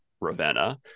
ravenna